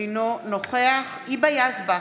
אינו נוכח היבה יזבק,